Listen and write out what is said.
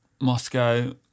Moscow